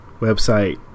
website